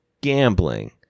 gambling